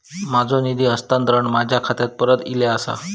माझो निधी हस्तांतरण माझ्या खात्याक परत इले आसा